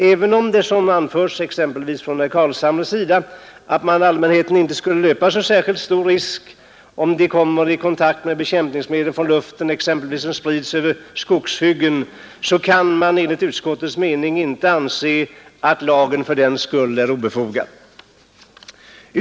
Även om, såsom anförts exempelvis av herr Carlshamre, allmänheten inte skulle löpa särskilt stor risk i kontakt med bekämpningsmedel från luften, exempelvis sådana som sprids över skogshyggen, kan man enligt utskottets mening inte anse att lagen fördenskull är obefogad.